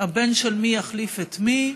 הבן של מי יחליף את מי.